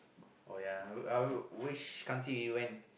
oh ya would I would which country you went